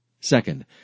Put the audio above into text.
Second